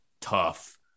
tough